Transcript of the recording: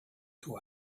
two